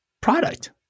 product